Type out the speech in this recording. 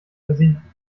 versinken